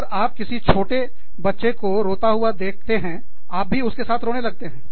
अगर आप किसी छोटे बच्चे को रोता हुआ देखते हैं आप भी उनके साथ रोने लगते हैं